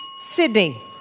Sydney